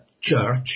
Church